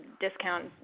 discount